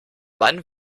man